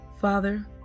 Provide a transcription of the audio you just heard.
Father